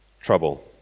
trouble